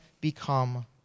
become